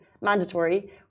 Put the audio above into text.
mandatory